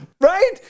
Right